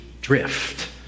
drift